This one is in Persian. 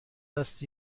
است